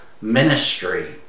ministry